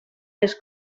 les